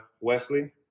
Wesley